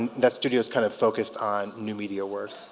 and that studio is kind of focused on new media work